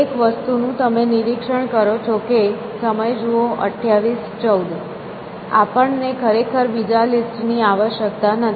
એક વસ્તુનું તમે નિરીક્ષણ કરી શકો છો કે આપણને ખરેખર બીજા લિસ્ટ ની આવશ્યકતા નથી